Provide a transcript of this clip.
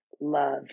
love